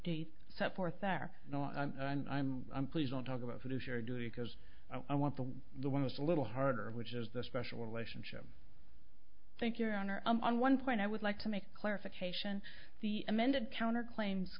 date set forth there no i'm i'm i'm i'm please don't talk about fiduciary duty because i want the the one is a little harder which is the special relationship thank your honor on one point i would like to make clarification the amended counterclaims